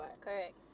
Correct